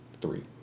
three